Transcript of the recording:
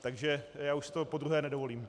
Takže já už si to podruhé nedovolím.